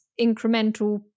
incremental